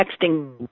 texting